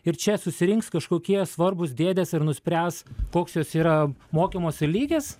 ir čia susirinks kažkokie svarbūs dėdės ir nuspręs koks jos yra mokymosi lygis